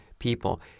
people